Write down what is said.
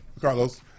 Carlos